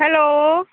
hello